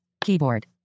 Keyboard